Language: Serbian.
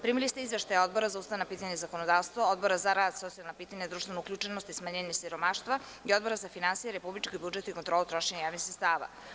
Primili ste izveštaj Odbora za ustavna pitanja i zakonodavstvo, Odbora za rad, socijalna pitanja, društvenu uključenost i smanjenje siromaštva i Odbora za finansije, republički budžet i kontrolu trošenja javnih sredstava.